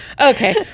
okay